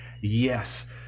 yes